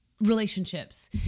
Relationships